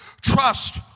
trust